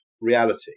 reality